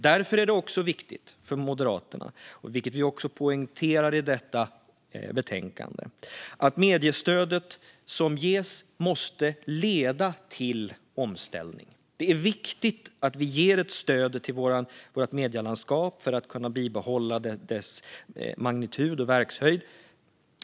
Därför är det viktigt för Moderaterna, vilket vi poängterar i betänkandet, att mediestödet som ges måste leda till omställning. Det är viktigt att vi ger ett stöd till vårt medielandskap för att man ska kunna bibehålla magnituden och verkshöjden.